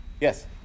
Yes